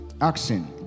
Action